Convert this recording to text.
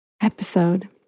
episode